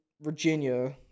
Virginia